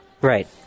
Right